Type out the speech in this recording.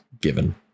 given